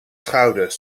schouder